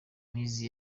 muhizi